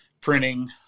printing